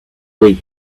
wii